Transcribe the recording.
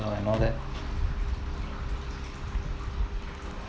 and all that